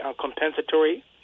compensatory